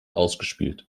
ausgespielt